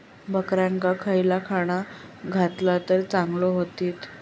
बकऱ्यांका खयला खाणा घातला तर चांगल्यो व्हतील?